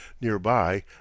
nearby